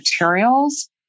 materials